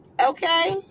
Okay